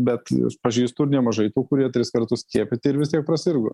bet aš pažįstu ir nemažai tų kurie tris kartus skiepyti ir vis tiek prasirgo